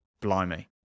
blimey